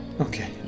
Okay